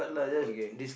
okay